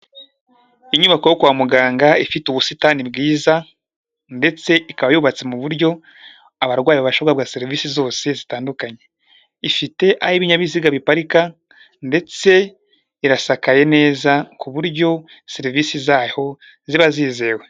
Inyubako yo kwa muganga ifite ubusitani bwiza ndetse ikaba yubatse mu buryo abarwayi babasha guhabwa serivise zose zitandukanye, ifite aho ibinyabiziga biparika ndetse irasakaye neza ku buryo serivise zaho ziba zizewe.